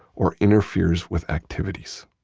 or interferes with activities.